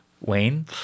Wayne